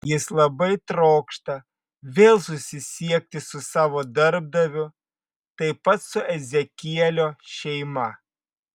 jis labai trokšta vėl susisiekti su savo darbdaviu taip pat su ezekielio šeima